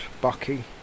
Bucky